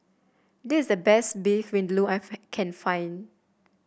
this is the best Beef Vindaloo I've can find